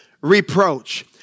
reproach